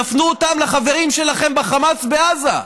תפנו אותן לחברים שלכם בחמאס בעזה.